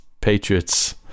patriots